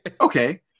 Okay